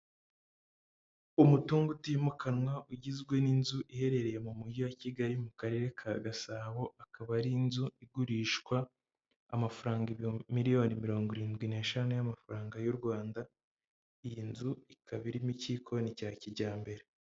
Umutungo utimukanwa ugizwe n'inzu iherereye mu mujyi wa Kigali mu karere ka Gasabo, akaba ari inzu igurishwa amafaranga ibihumbi miliyori mirongo irindwi n'eshanu y'amafaranga y'u Rwanda, iyi nzu ikaba irimo igikoni cya kijyambere.